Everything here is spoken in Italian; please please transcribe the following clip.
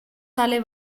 tale